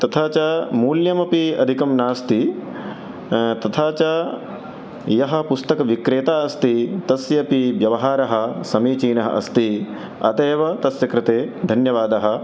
तथा च मूल्यमपि अधिकं नास्ति तथा च यः पुस्तकविक्रेता अस्ति तस्यापि व्यवहारः समीचीनः अस्ति अतः एव तस्य कृते धन्यवादः